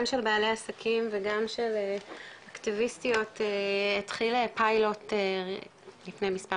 גם של בעלי עסקים וגם של אקטיביסטיות התחיל פיילוט לפני מספר